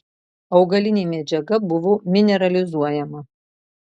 augalinė medžiaga buvo mineralizuojama